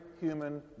human